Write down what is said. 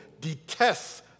detests